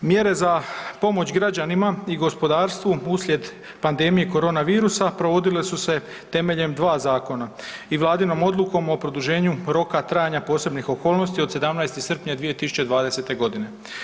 Mjere za pomoć građanima i gospodarstvu uslijed pandemije korona virusa provodile su se temeljem dva zakona i Vladinom odlukom o produženju roka trajanja posebnih okolnosti od 17. srpnja 2020. godine.